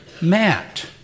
Matt